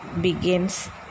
begins